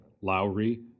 Lowry